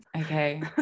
okay